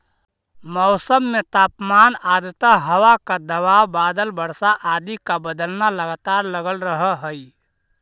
मौसम में तापमान आद्रता हवा का दबाव बादल वर्षा आदि का बदलना लगातार लगल रहअ हई